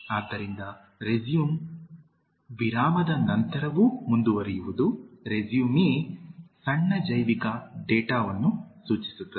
ಆದ್ದರಿಂದ ರೆಸ್ಯುಮ್ ವಿರಾಮದ ನಂತರವೂ ಮುಂದುವರಿಯುವುದು ರೆಸ್ಯುಮೇಯು ಸಣ್ಣ ಜೈವಿಕ ಡೇಟಾವನ್ನು ಸೂಚಿಸುತ್ತದೆ